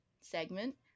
segment